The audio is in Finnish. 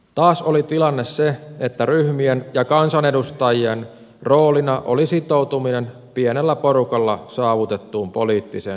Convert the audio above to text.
taas oli tilanne se että ryhmien ja kansanedustajien roolina oli sitoutuminen pienellä porukalla saavutettuun poliittiseen sopuun